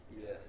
Yes